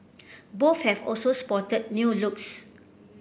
both have also spotted new looks